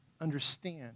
understand